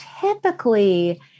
typically